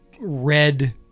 red